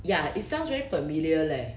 ya it sounds very familiar leh